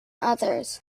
others